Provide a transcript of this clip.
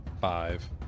five